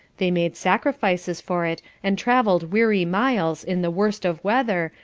they made sacrifices for it, and travelled weary miles in the worst of weather,